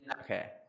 Okay